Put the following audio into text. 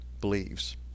believes